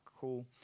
cool